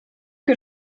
que